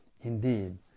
Indeed